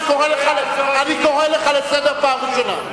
אני קורא לך לסדר פעם ראשונה.